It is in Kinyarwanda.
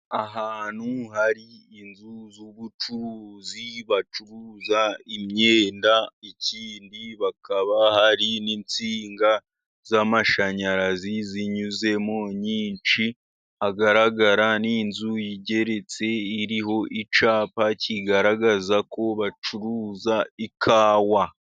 Ahantu hari inzu z'ubucuruzi bacuruza imyenda, ikindi bakaba hari n'insinga z'amashanyarazi zinyuzemo nyinshi, hagaragara n'inzu igeretse iriho icyapa kigaragaza ko bacuruza ikawa.